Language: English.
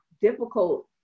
difficult